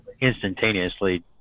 Instantaneously